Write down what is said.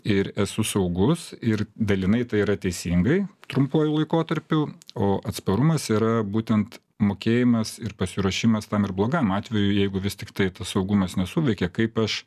ir esu saugus ir dalinai tai yra teisingai trumpuoju laikotarpiu o atsparumas yra būtent mokėjimas ir pasiruošimas tam ir blogam atvejui jeigu vis tiktai tas saugumas nesuveikė kaip aš